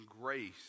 grace